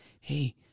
Hey